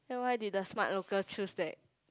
then why did The-Smart-Local choose that